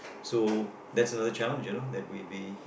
so that's another challenge you know that we we